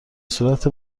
صورت